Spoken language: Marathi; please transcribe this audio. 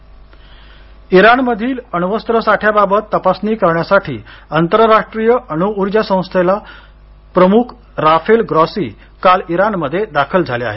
इराण अण्वस्त्र तपासणी इराणमधील अण्वस्त्र साठ्याबाबत तपासणी करण्यासाठी आंतरराष्ट्रीय अणु उर्जा संस्थेचे प्रमुख राफेल ग्रॉसी काल इराणमध्ये दाखल झाले आहेत